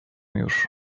już